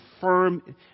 firm